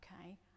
okay